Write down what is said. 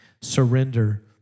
surrender